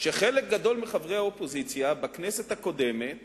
שחלק גדול מחברי האופוזיציה בכנסת הקודמת